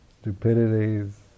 stupidities